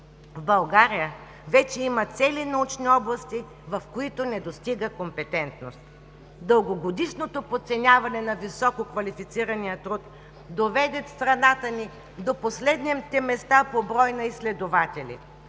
В България вече има цели научни области, в които не достига компетентност. Дългогодишното подценяване на висококвалифицирания труд доведе страната ни до последните места по брой на изследователи.